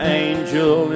angel